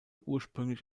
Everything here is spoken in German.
ursprünglich